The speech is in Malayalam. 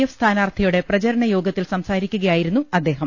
എഫ് സ്ഥാനാർത്ഥിയുടെ പ്രചരണയോഗത്തിൽ സംസാരിക്കു കയായിരുന്നു അദ്ദേഹം